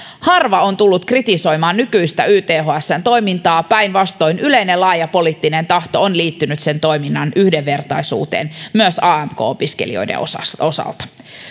harva on tullut kritisoimaan nykyistä ythsn toimintaa päinvastoin yleinen laaja poliittinen tahto on liittynyt sen toiminnan yhdenvertaisuuteen myös amk opiskelijoiden osalta osalta